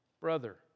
brother